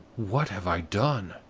what have i done?